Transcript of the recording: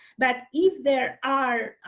but if there are